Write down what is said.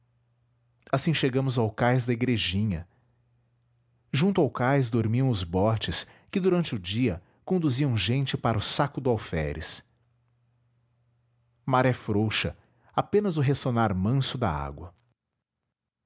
assim chegamos ao cais da igrejinha junto ao cais dormiam os botes que durante o dia conduziam gente para o saco do alferes maré frouxa apenas o ressonar manso da água